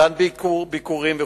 מתן ביקורים וחופשות.